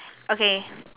okay